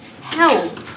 Help